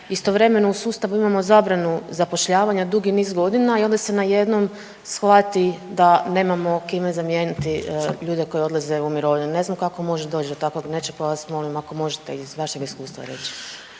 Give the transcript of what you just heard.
istovremeno u sustavu imamo zabranu zapošljavanja dugi niz godina i onda se najednom shvati da nemamo kime zamijeniti ljude koji odlaze u mirovinu? Ne znam kako može doć do takvog nečega pa vas molim ako možete iz vašeg iskustva reći.